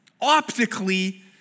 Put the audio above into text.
optically